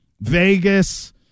vegas